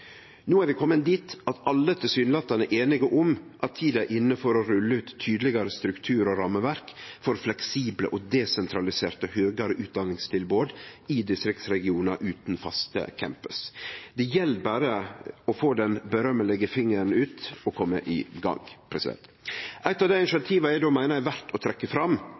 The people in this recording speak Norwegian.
No er vi komne dit at alle tilsynelatande er einige om at tida er inne for å rulle ut tydelegare struktur og rammeverk for fleksible og desentraliserte høgare utdanningstilbod i distriktsregionar utan faste campusar. Det gjeld berre å få den berømte fingeren ut og kome i gang. Eitt av dei initiativa eg då meiner er verdt å trekke fram,